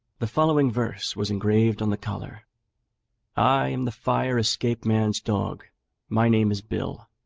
the following verse was engraved on the collar i am the fire-escape man's dog my name is bill.